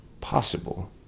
possible